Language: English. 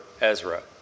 Ezra